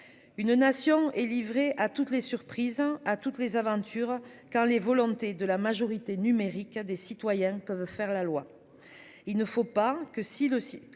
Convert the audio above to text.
Une nation et livrée à toutes les surprises à toutes les aventures car les volontés de la majorité numérique à des citoyens peuvent faire la loi.